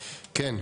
כן.